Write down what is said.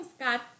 Scott